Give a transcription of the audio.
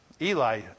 Eli